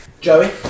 Joey